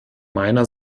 meiner